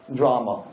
drama